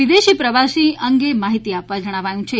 વિદેશી પ્રવાસી અંગે માહીતી આપવા જણાવ્યુ છે